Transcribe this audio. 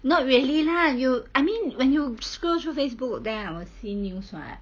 not really lah you I mean when you scroll through facebook then I will see news [what]